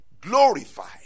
glorify